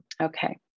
Okay